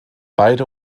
beide